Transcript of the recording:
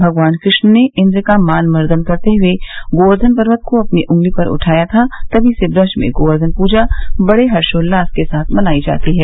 भगवान कृष्ण ने इन्द्र का मान मर्दन करते हुए गोवेर्धन पर्वत को अपनी ऊँगली पर उठाया था तभी से व्रज मे गोवेर्धन पूजा बड़े हर्षोल्लास के साथ मनाई जाती है